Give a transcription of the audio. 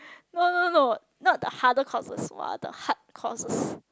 no no no not the hardest courses but the hard courses